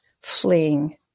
fleeing